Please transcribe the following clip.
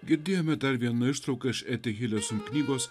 girdėjome dar vieną ištrauką iš eti hilio knygos